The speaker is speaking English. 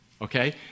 Okay